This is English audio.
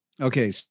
okay